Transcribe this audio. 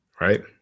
Right